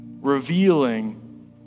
revealing